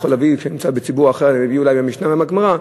וכשאני נמצא בציבור אחר אני אולי אביא מהמשנה ומהגמרא,